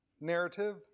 narrative